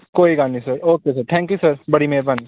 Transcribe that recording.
ਕੋਈ ਗੱਲ ਨਹੀਂ sir okay sir thank you sir ਬੜੀ ਮਿਹਰਬਾਨੀ